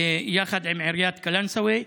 יחד עם עיריית קלנסווה.